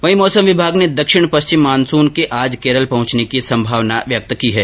वहीं मौसम विभाग ने दक्षिण पश्चिमी मानसून के आज केरल पहुंचने की संभावना व्यक्त की है